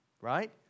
right